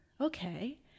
okay